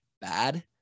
bad